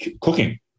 cooking